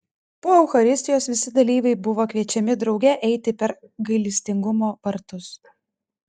po eucharistijos visi dalyviai buvo kviečiami drauge eiti per gailestingumo vartus